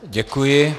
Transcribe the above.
Děkuji.